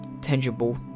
tangible